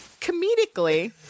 Comedically